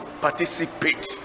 participate